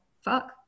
fuck